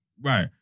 Right